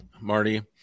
Marty